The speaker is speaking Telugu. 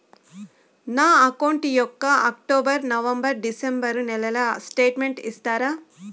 నా అకౌంట్ యొక్క అక్టోబర్, నవంబర్, డిసెంబరు నెలల స్టేట్మెంట్ ఇస్తారా?